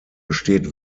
besteht